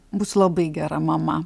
būsiu labai gera mama